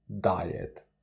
diet